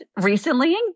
recently